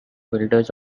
builders